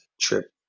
trip